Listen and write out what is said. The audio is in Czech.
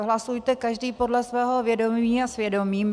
Hlasujte každý podle svého vědomí a svědomí.